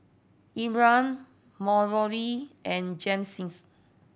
Ephram Mallorie and